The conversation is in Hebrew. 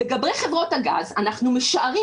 לגבי חברות הגז אנחנו משערים,